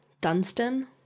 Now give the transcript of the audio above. Dunstan